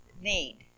need